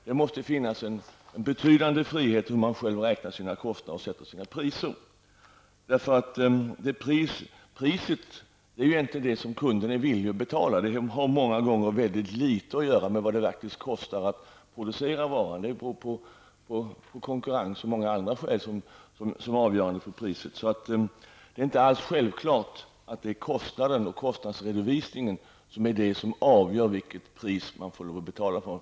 Det måste finnas en betydande frihet när det gäller hur man räknar sina kostnader och sätter sina priser. Priset är egentligen det som kunden är villig att betala och har många gånger mycket litet att göra med kostnaden att producera varan. Det beror på konkurrensen, och det finns många andra skäl som är avgörande för priset. Det är inte alls självklart att det är kostnaden och kostnadsredovisningen som är avgörande för det pris man får lov att betala.